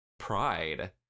Pride